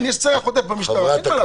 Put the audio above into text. כן, יש סרח עודף במשטרה, אין מה לעשות.